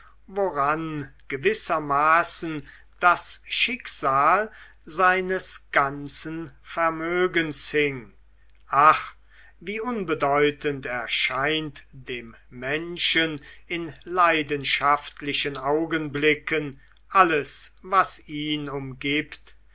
woran gewissermaßen das schicksal seines ganzen vermögens hing ach wie unbedeutend erscheint dem menschen in leidenschaftlichen augenblicken alles was ihn umgibt